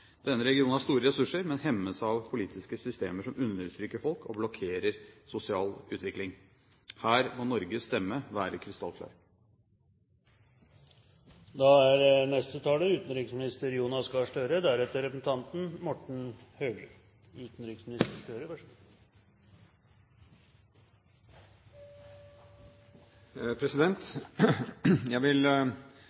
Denne regionen har store ressurser, men hemmes av politiske systemer som undertrykker folk og blokkerer sosial utvikling. Her må Norges stemme være